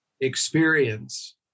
experience